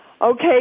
Okay